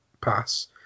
pass